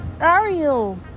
Ariel